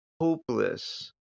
hopeless